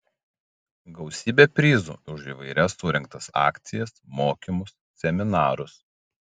gausybė prizų už įvairias surengtas akcijas mokymus seminarus